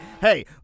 Hey